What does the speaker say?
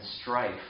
strife